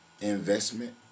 investment